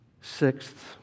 Sixth